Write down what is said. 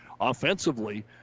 offensively